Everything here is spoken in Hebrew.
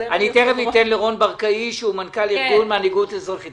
תכף אתן לרון ברקאי שהוא מנכ"ל ארגון מנהיגות אזרחית.